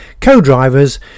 co-drivers